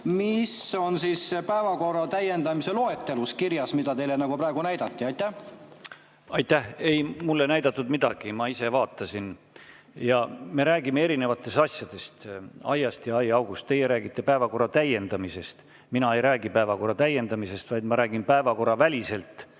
mis on kirjas päevakorra täiendamise loetelus, mida teile praegu näidati. Aitäh! Ei, mulle ei näidatud midagi, ma ise vaatasin. Ja me räägime erinevatest asjadest, aiast ja aiaaugust. Teie räägite päevakorra täiendamisest, mina ei räägi päevakorra täiendamisest, vaid ma räägin päevakorraväliselt